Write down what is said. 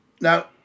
Now